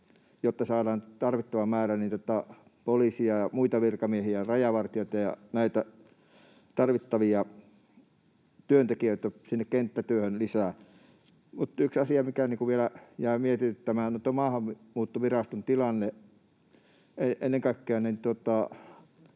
jotta saadaan tarvittava määrä niin poliisi- ja muita virkamiehiä, rajavartijoita ja näitä tarvittavia työntekijöitä sinne kenttätyöhön lisää. Mutta yksi asia, mikä vielä jää mietityttämään nyt, on Maahanmuuttoviraston tilanne.